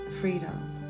freedom